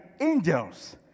angels